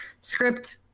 script